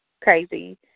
crazy